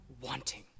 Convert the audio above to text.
wanting